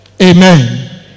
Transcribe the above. Amen